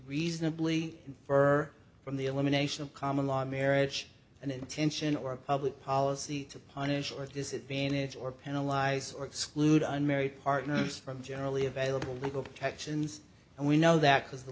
reasonably infer from the elimination of common law marriage and intention or public policy to punish or disadvantage or penalize or exclude unmarried partners from generally available legal protections and we know that because the